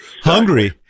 hungry